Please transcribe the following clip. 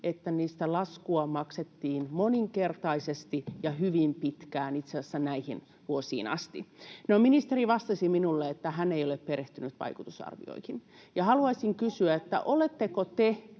että niistä laskua maksettiin moninkertaisesti ja hyvin pitkään itse asiassa näihin vuosiin asti. No, ministeri vastasi minulle, että hän ei ole perehtynyt vaikutusarvioihin. [Pia Lohikoski: Ohhoh! —